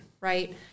right